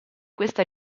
questa